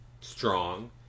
strong